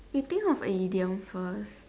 you think of a idiom first